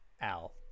Al